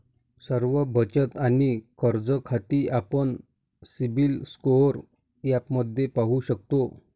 सर्व बचत आणि कर्ज खाती आपण सिबिल स्कोअर ॲपमध्ये पाहू शकतो